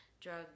drug